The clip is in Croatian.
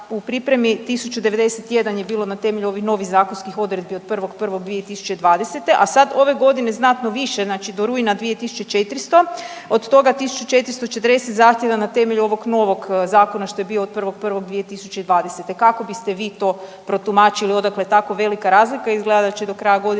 u pripremi 1091 je bilo na temelju ovih novih zakonskih odredbi od 1.1.2020., a sad ove godine znatno više znači do rujna 2400, od toga 1440 zahtjeva na temelju ovog novog zakona što je bio od 1.1.2020. Kako biste vi to protumačili odakle tako velika razlika? Izgleda da će do kraja godine